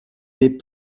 des